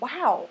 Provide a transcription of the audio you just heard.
Wow